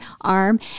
arm